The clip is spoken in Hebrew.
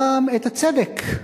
גם את הצדק.